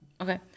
Okay